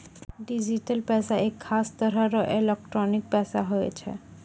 digital पैसा एक खास तरह रो एलोकटानिक पैसा हुवै छै